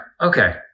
Okay